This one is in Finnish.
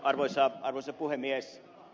arvoisa puhemies